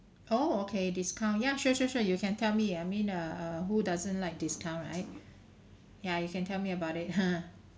oh okay discount ya sure sure sure you can tell me I mean err uh who doesn't like discount right ya you can tell me about it